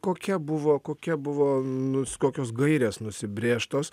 kokia buvo kokia buvo nus kokios gairės nusibrėžtos